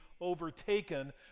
overtaken